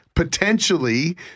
Potentially